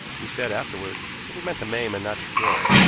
he said afterward that he meant to maim and not to kill,